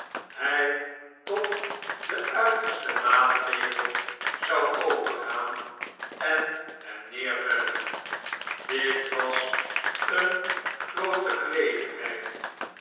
hjj tot den uitersten maatregel zou overgaan en hem neervellen dit was een groote gelegenheid